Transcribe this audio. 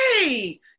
Hey